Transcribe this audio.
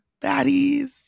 baddies